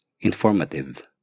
informative